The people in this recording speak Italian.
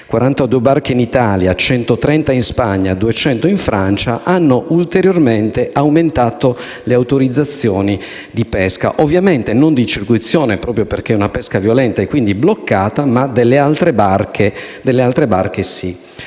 (42 barche in Italia, 130 in Spagna e 200 in Francia) hanno ulteriormente aumentato le autorizzazioni di pesca, ovviamente non di circuizione, proprio perché è una pesca violenta e quindi bloccata, ma per le altre barche.